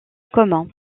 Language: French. commun